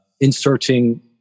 inserting